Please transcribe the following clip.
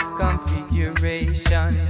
configuration